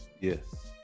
Yes